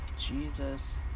Jesus